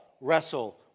wrestle